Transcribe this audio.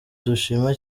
dushima